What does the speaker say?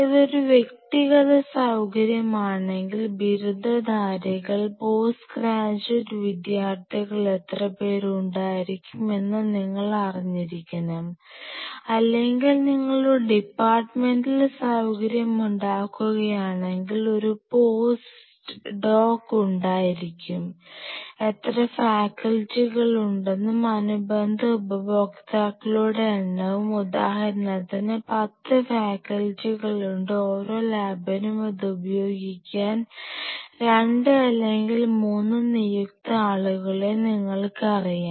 ഇത് ഒരു വ്യക്തിഗത സൌകര്യമാണെങ്കിൽ ബിരുദധാരികൾ പോസ്റ്റ് ഗ്രാജ്വേറ്റ് വിദ്യാർത്ഥികൾ എത്ര പേർ ഉണ്ടായിരിക്കും എന്ന് നിങ്ങൾ അറിഞ്ഞിരിക്കണം അല്ലെങ്കിൽ നിങ്ങൾ ഒരു ഡിപ്പാർട്ട്മെന്റൽ സൌകര്യമുണ്ടാക്കുകയാണെങ്കിൽ ഒരു പോസ്റ്റ് ഡോക് ഉണ്ടായിരിക്കും എത്ര ഫാക്കൽറ്റികളുണ്ടെന്നും അവയുടെ അനുബന്ധ ഉപയോക്താക്കളുടെ എണ്ണവും ഉദാഹരണത്തിന് 10 ഫാക്കൽറ്റികളുണ്ട് ഓരോ ലാബിലും ഇത് ഉപയോഗിക്കാൻ 2 അല്ലെങ്കിൽ 3 നിയുക്ത ആളുകളെ നിങ്ങൾക്കറിയാം